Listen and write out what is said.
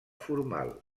formal